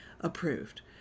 approved